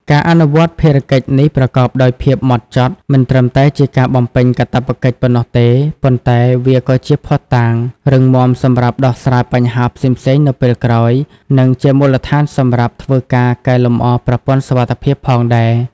ការអនុវត្តភារកិច្ចនេះប្រកបដោយភាពម៉ត់ចត់ មិនត្រឹមតែជាការបំពេញកាតព្វកិច្ចប៉ុណ្ណោះទេ ប៉ុន្តែវាក៏ជាភស្តុតាងរឹងមាំសម្រាប់ដោះស្រាយបញ្ហាផ្សេងៗនៅពេលក្រោយ និងជាមូលដ្ឋានសម្រាប់ធ្វើការកែលម្អប្រព័ន្ធសុវត្ថិភាពផងដែរ។